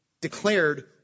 declared